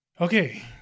Okay